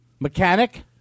Mechanic